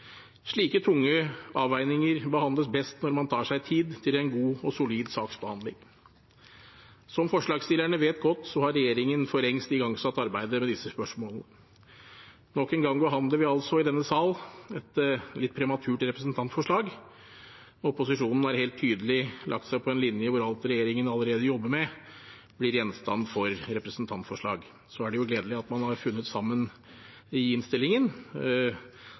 Slike tunge avveininger behandles best når man tar seg tid til en god og solid saksbehandling. Som forslagsstillerne godt vet, har regjeringen for lengst igangsatt arbeidet med disse spørsmålene. Nok en gang behandler vi altså i denne sal et litt prematurt representantforslag. Opposisjonen har helt tydelig lagt seg på en linje hvor alt regjeringen allerede jobber med, blir gjenstand for representantforslag. Så er det jo gledelig at man har funnet sammen i innstillingen,